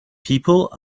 people